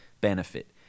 benefit